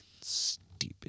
stupid